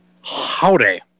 howdy